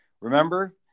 Remember